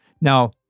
Now